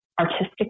artistic